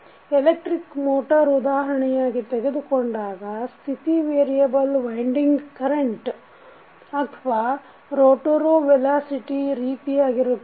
electric motor ಉದಾಹರಣೆಯಾಗಿ ತೆಗೆದುಕೊಂಡಾಗ ಸ್ಥಿತಿ ವೇರಿಯಬಲ್ ವೈಂಡಿಂಗ್ ಕರೆಂಟ್ ಅಥವಾ ರೋಟೋರು ವೆಲಾಸಿಟಿ ರೀತಿಯಾಗಿರುತ್ತದೆ